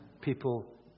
people